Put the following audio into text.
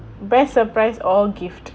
best surprise or gift